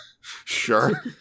Sure